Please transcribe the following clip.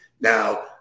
Now